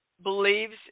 believes